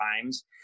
times